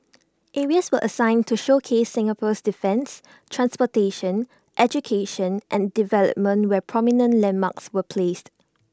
areas were assigned to showcase Singapore's defence transportation education and development where prominent landmarks were placed